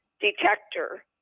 detector